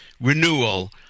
renewal